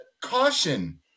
caution